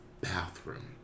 bathroom